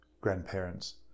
grandparents